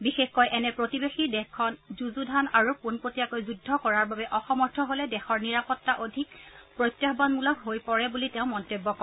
বিশেষকৈ এনে প্ৰতিবেশী দেশখন যুযুধান আৰু পোনপতীয়াকৈ যুদ্ধ কৰাৰ বাবে অসমৰ্থ হলে দেশৰ নিৰাপত্তা অধিক প্ৰত্যাহানমূলক হৈ পৰে বুলি তেওঁ মন্তব্য কৰে